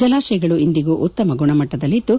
ಜಲಾತಯಗಳು ಇಂದಿಗೂ ಉತ್ತಮ ಗುಣಮಟ್ಟದಲ್ಲಿದ್ದು